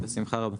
בשמחה רבה.